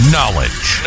Knowledge